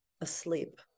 asleep